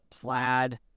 plaid